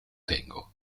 tengo